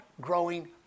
growing